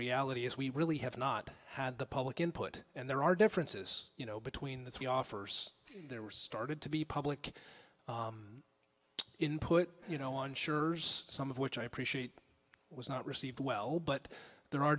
reality is we really have not had the public input and there are differences you know between the three offers there were started to be public input you know on sure's some of which i appreciate was not received well but there are